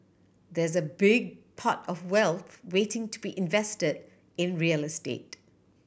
there's a big pot of wealth waiting to be invested in real estate